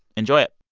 enjoy it